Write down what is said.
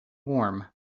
warm